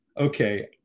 okay